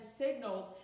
signals